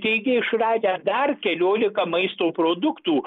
teigia išradę dar keliolika maisto produktų